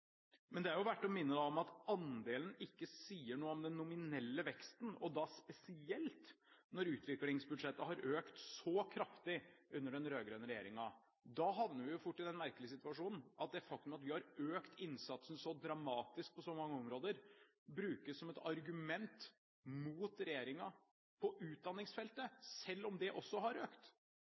men det er verdt å minne om at andelen ikke sier noe om den nominelle veksten, og da spesielt når utviklingsbudsjettet har økt så kraftig under den rød-grønne regjeringen. Da havner vi fort i den merkelige situasjonen at det faktum at vi har økt innsatsen så dramatisk på så mange områder, brukes som et argument mot regjeringen på utdanningsfeltet, selv om det også har økt.